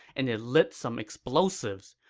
and it lit some explosives.